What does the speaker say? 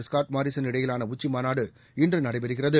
Scott மாரீசன்இடையிலான உச்சி மாநாடு இன்று நடைபெறுகிறது